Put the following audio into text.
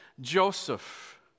Joseph